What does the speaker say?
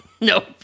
Nope